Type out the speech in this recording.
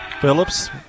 Phillips